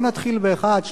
בוא נתחיל באחד,